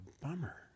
bummer